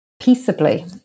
peaceably